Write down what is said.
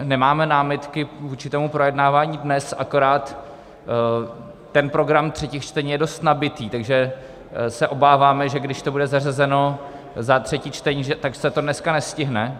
Nemáme námitky vůči projednávání dnes, akorát ten program třetích čtení je dost nabitý, takže se obáváme, že když to bude zařazeno za třetí čtení, tak se to dnes nestihne.